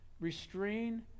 restrain